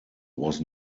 was